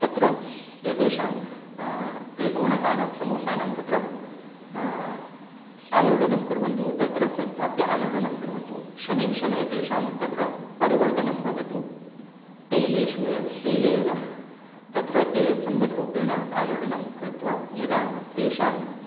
तत्र एतेषां त्रिकोणकानां समोसानां तत्र आलोडनं कुर्वन्तु तत्र संस्थाप्य आलोडनं कुर्वन्तु शनैः शनैः तेषां तत्र परिवर्तनं भवतु तैलेषु एव तैले एव तत्र ते सम्यग्रूपेण आलोडनं कृत्वा यदा तेषां